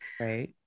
Right